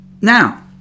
Now